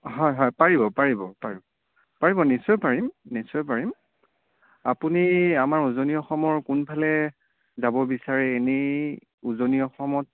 হয় হয় হয় পাৰিব পাৰিব পাৰিব নিশ্চয় পাৰিম নিশ্চয় পাৰিম আপুনি আমাৰ উজনি অসমৰ কোনফালে যাব বিচাৰে এনেই উজনি অসমত